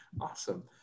Awesome